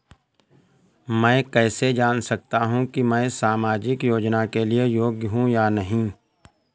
मैं कैसे जान सकता हूँ कि मैं सामाजिक योजना के लिए योग्य हूँ या नहीं?